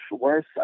worse